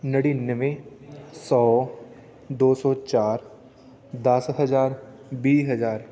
ਨੜਿਨਵੇਂ ਸੌ ਦੋ ਸੌ ਚਾਰ ਦਸ ਹਜ਼ਾਰ ਵੀਹ ਹਜ਼ਾਰ